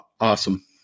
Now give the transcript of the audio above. awesome